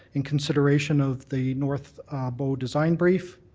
in consideration of the north bow design brief,